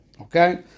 Okay